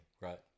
Right